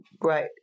right